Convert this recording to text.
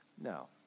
No